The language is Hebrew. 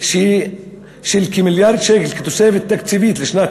של כמיליארד שקל כתוספת תקציבית לשנת